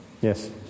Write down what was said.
Yes